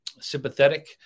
sympathetic